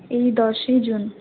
এই দশই জুন